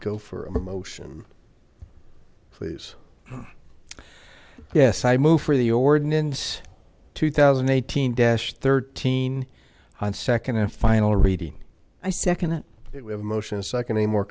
go for a motion please yes i move for the ordinance two thousand and eighteen thirteen on second and final reading i second it we have a motion a second any more